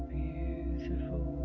beautiful